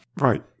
Right